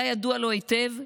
היה ידוע לו היטב,